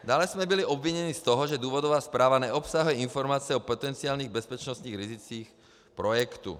Dále jsme byli obviněni z toho, že důvodová zpráva neobsahuje informace o potenciálních bezpečnostních rizicích projektu.